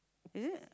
is it